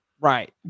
Right